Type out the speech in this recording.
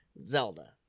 Zelda